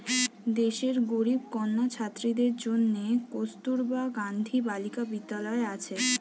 দেশের গরিব কন্যা ছাত্রীদের জন্যে কস্তুরবা গান্ধী বালিকা বিদ্যালয় আছে